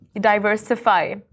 diversify